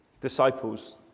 disciples